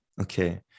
Okay